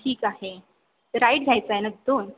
ठीक आहे राईट घ्यायचं आहे ना तिथून